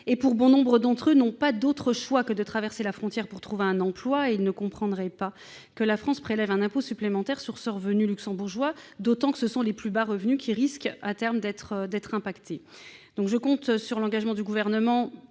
Or un grand nombre d'entre eux n'ont d'autre choix que de traverser la frontière pour trouver un emploi. Ils ne comprendraient pas que la France prélève un impôt supplémentaire sur leurs revenus luxembourgeois, d'autant que ce sont les plus bas revenus qui risquent, à terme, d'être impactés. Je compte sur l'engagement du Gouvernement